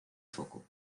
foco